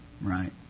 Right